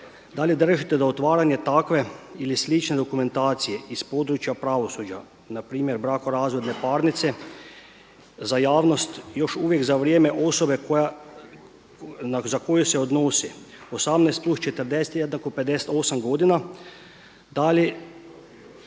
Da li držite da otvaranje takve ili sl. dokumentacije iz područja pravosuđa, npr. brakorazvodne parnice za javnost još uvijek za vrijeme osobe, za koju se odnosi 18+40=58 godina da li